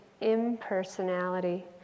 impersonality